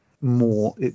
more